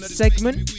segment